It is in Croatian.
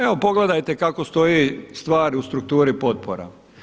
Evo pogledajte kako stoje stvari u strukturi potpora.